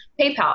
PayPal